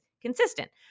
consistent